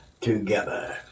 together